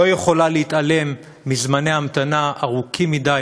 לא יכולה להתעלם מזמני המתנה ארוכים מדי,